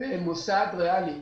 במוסד ריאלי.